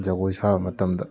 ꯖꯒꯣꯏ ꯁꯥꯕ ꯃꯇꯝꯗ